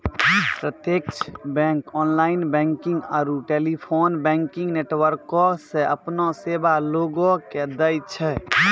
प्रत्यक्ष bank online banking आरू telephone banking नेटवर्को से अपनो सेबा लोगो के दै छै